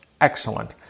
excellent